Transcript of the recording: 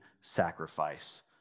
sacrifice